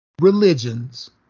religions